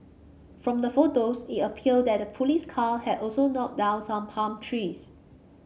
from the photos it appeared that the police car had also knocked down some palm trees